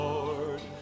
Lord